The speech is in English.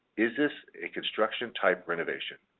is this a construction type renovation?